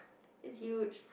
it's huge